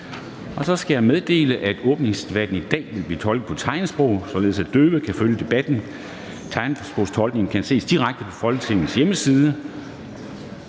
Så skal jeg meddele, at åbningsdebatten i dag vil blive tolket på tegnsprog, således at døve kan følge debatten. Tegnsprogstolkningen kan ses direkte på Folketingets hjemmeside.